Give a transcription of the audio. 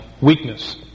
weakness